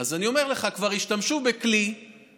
אז אני אומר לך שכבר השתמשו בכלי שנמצא,